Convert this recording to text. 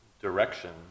direction